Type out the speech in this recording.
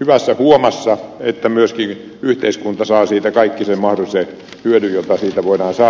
hyvässä huomassa että myöskin yhteiskunta saa siitä kaiken sen mahdollisen hyödyn joka siitä voidaan saada